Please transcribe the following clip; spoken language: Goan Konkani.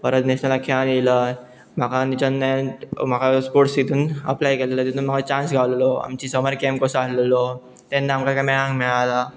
परत नॅशनलाक खेळन येयला म्हाका तेच्यान्न म्हाका स्पोर्ट्स हितून अप्लाय केल्ले तितून म्हाका चान्स गावलेलो आमची समर कँप कसो आसलेलो तेन्ना आमकां मेळांक मेळाला